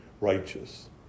righteous